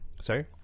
Sorry